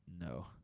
no